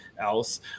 else